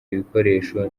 ibikoresho